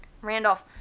Randolph